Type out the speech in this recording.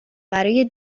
برای